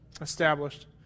established